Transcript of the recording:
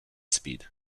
speed